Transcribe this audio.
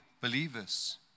believers